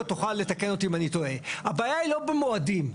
הבעיה היא לא במועדים,